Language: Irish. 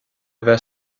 bheith